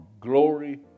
glory